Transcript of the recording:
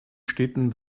städten